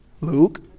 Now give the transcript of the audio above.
Luke